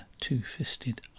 Two-Fisted